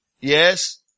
Yes